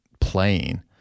playing